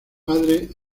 padre